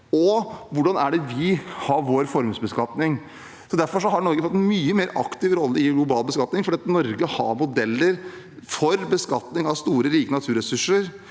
og hvordan vår formuesbeskatning er. Norge har fått en mye mer aktiv rolle i global beskatning fordi Norge har modeller for beskatning av store, rike naturressurser